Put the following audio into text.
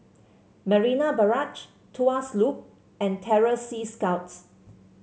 Marina Barrage Tuas Loop and Terror Sea Scouts